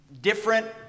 different